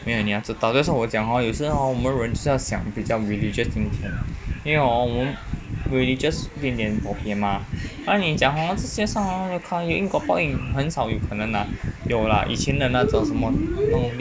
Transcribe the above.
没有你要知道 that's why 我讲 hor 有时 hor 我们人就是要想比较 religious thinking 因为 hor 我们 religious 一点点 okay mah 但是你讲 hor 这世界上 hor 因果报应很少有可能啦有啦以前那些什么那种